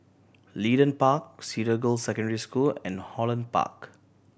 Leedon Park Cedar Girls' Secondary School and Holland Park